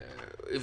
אי